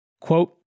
Quote